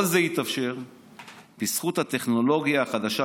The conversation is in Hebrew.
כל זה יתאפשר בזכות הטכנולוגיה החדשה